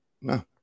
no